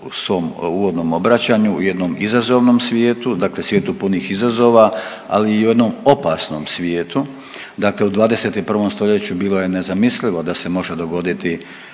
u svom uvodnom obraćanju u jednom izazovnom svijetu, dakle svijetu punih izazova, ali i u jednom opasnom svijetu. Dakle, u 21. stoljeću bilo je nezamislivo da se može dogoditi